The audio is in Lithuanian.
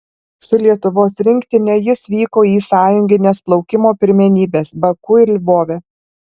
su lietuvos rinktine jis vyko į sąjungines plaukimo pirmenybes baku ir lvove